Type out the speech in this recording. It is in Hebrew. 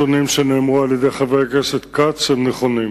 שנאמרו על-ידי חבר הכנסת כץ הם נכונים.